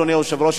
אדוני היושב-ראש,